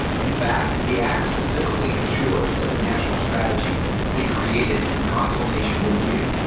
in fact, the act specifically ensures that the national strategy be created in consultation with you,